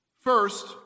First